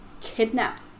kidnap